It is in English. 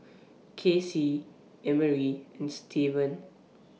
Kasie Emery and Stevan